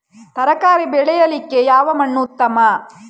ತರಕಾರಿ ಬೆಳೆಯಲಿಕ್ಕೆ ಯಾವ ಮಣ್ಣು ಉತ್ತಮ?